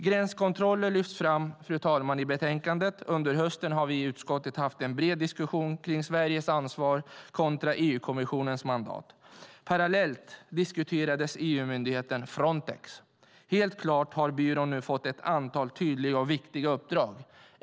Gränskontroller lyfts fram i betänkandet, och under hösten hade vi i utskottet en bred diskussion kring Sveriges ansvar kontra EU-kommissionens mandat. Parallellt diskuterades EU-myndigheten Frontex. Helt klart har byrån nu fått ett antal tydliga och viktiga uppdrag.